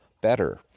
better